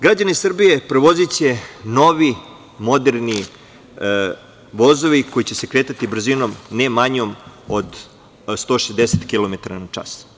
Građani Srbiji prevoziće novi, moderni vozovi koji će se kretati brzinom ne manjom od 160 kilometara na čas.